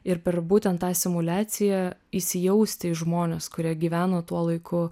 ir per būtent tą simuliaciją įsijausti į žmones kurie gyveno tuo laiku